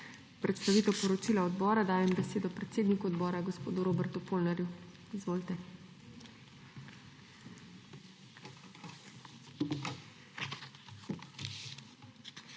predstavitev poročila odbora dajem besedo predsedniku odbora gospodu Robertu Polnarju. Izvolite.